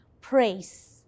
praise